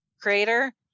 creator